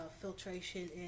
filtration